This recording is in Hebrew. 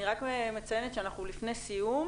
אני רק מציינת שאנחנו לפני סיום,